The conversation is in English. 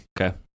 Okay